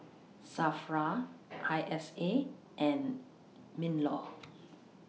SAFRA I S A and MINLAW